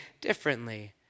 differently